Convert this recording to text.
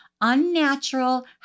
unnatural